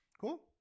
cool